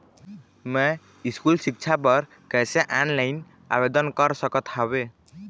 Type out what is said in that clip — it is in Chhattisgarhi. मैं स्कूल सिक्छा बर कैसे ऑनलाइन आवेदन कर सकत हावे?